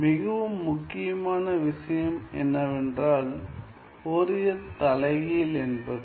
மிகவும் முக்கியமான விஷயம் என்னவென்றால் ஃபோரியர் தலைகீழ் என்பது